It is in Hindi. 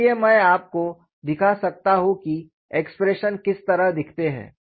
इसलिए मैं आपको दिखा सकता हूं कि एक्सप्रेशन किस तरह दिखते हैं